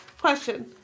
Question